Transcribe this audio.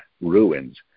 ruins